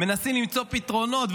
מנסים למצוא פתרונות,